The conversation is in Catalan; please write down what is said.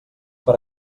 per